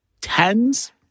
tens